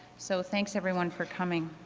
so thanks everyone for coming.